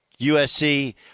USC